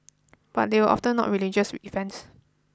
but they were often not religious events